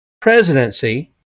presidency